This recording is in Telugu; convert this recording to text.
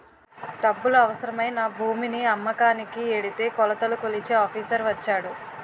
డబ్బులు అవసరమై నా భూమిని అమ్మకానికి ఎడితే కొలతలు కొలిచే ఆఫీసర్ వచ్చాడు